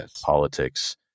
politics